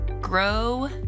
grow